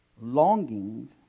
longings